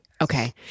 Okay